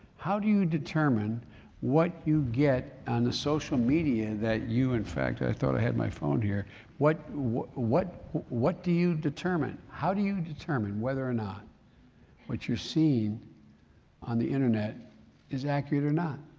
how do you determine what you get on the social media that you in fact i thought i had my phone here what, what, what what do you determine. how do you determine whether or not what you're seeing on the internet is accurate or not?